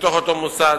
בתוך אותו המוסד.